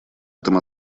этом